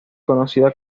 conocida